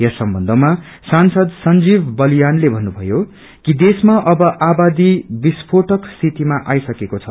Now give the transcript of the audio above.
यस सम्बन्धमा संजीव बलियानले भन्नुभयो कि देशमा अब आबादी विस्फ्रेटक स्थितिमा आइसकेको छ